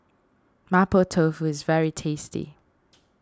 Mapo Tofu is very tasty